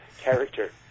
character